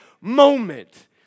moment